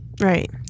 Right